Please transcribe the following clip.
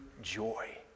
joy